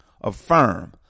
affirm